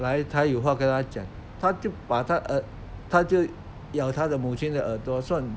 来他有话跟她讲他就把他他就咬他的母亲的耳朵算了